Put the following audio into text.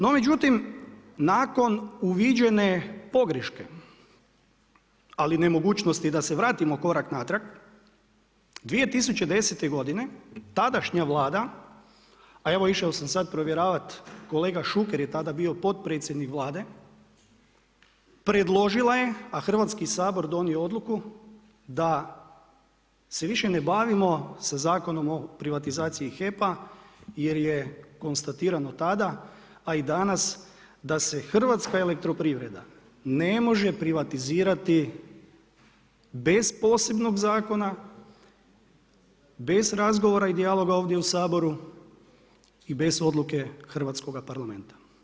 No međutim, nakon uviđene pogreške, ali nemogućnosti da se vratimo korak natrag 2010. godine tadašnja Vlada a evo išao sam sad provjeravati kolega Šuker je tada bio potpredsjednik Vlade predložila je, a Hrvatski sabor donio odluku da se više ne bavimo sa Zakonom o privatizaciji HEP-a jer je konstatirano tada, a i danas da se Hrvatska elektroprivreda ne može privatizirati bez posebnog zakona, bez razgovora i dijaloga ovdje u Saboru i bez odluke Hrvatskoga parlamenta.